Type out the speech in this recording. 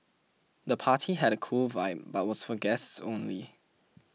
the party had a cool vibe but was for guests only